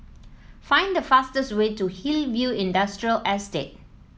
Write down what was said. find the fastest way to Hillview Industrial Estate